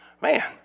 Man